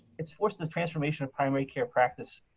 it's forced the transformation of primary care practice.